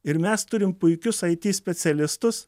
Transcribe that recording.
ir mes turim puikius aity specialistus